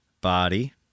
body